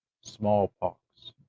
smallpox